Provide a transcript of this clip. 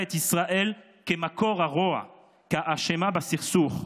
את ישראל כמקור הרוע וכאשמה בסכסוך.